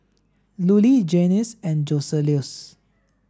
Lulie Janyce and Joseluis